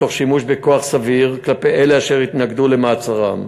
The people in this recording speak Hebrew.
תוך שימוש בכוח סביר כלפי אלה אשר התנגדו למעצרם.